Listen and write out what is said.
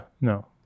no